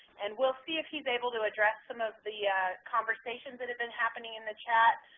and we'll see if he's able to address some of the ah conversations that have been happening in the chat